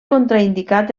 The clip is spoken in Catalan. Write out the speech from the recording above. contraindicat